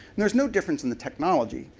there's no difference in the technology.